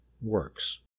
works